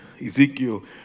Ezekiel